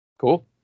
Cool